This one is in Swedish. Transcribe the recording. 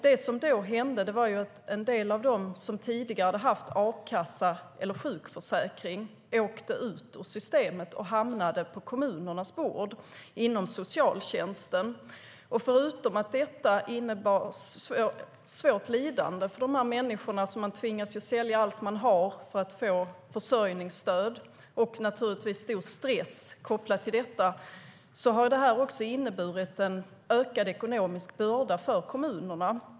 Det som hände var att en del av dem som tidigare haft a-kassa eller sjukförsäkring åkte ut ur systemet och hamnade på kommunernas bord inom socialtjänsten. Det innebar svårt lidande för de människor som tvingades sälja allt de hade för att få försörjningsstöd och naturligtvis stor stress kopplad till detta. Förutom detta har det också inneburit ökad ekonomisk börda för kommunerna.